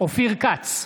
אופיר כץ,